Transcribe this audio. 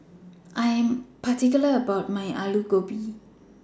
I Am particular about My Alu Gobi